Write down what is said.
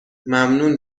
ممنون